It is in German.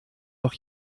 noch